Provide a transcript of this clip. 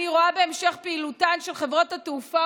אני רואה בהמשך פעילותן של חברות התעופה